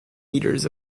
meters